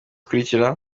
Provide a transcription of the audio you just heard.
ikurikira